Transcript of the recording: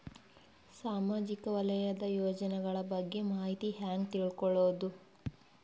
ಸಾಮಾಜಿಕ ವಲಯದ ಯೋಜನೆಗಳ ಬಗ್ಗೆ ಮಾಹಿತಿ ಹ್ಯಾಂಗ ತಿಳ್ಕೊಳ್ಳುದು?